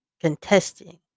contesting